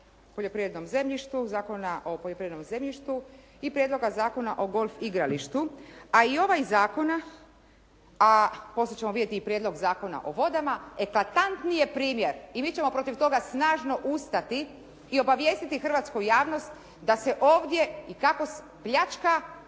poljoprivrednom zemljištu, Zakona o poljoprivrednom zemljištu i Prijedloga zakona o golf igralištu a i ovaj iz zakona, a poslije ćemo vidjeti i Prijedlog zakona o vodama eklatantni je primjer i mi ćemo protiv toga snažno ustati i obavijestiti hrvatsku javnost da se ovdje i kako pljačka